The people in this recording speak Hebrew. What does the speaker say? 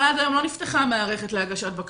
אבל עד היום לא נפתחה המערכת להגשת בקשות.